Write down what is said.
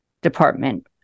department